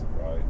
right